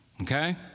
Okay